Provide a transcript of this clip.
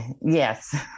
Yes